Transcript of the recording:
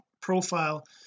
profile